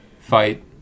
fight